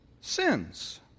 sins